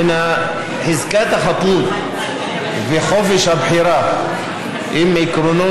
חזקת החפות וחופש הבחירה הם עקרונות